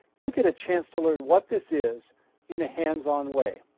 you'll get a chance to learn what this is in a hands on way.